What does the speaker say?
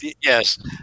yes